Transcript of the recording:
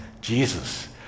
jesus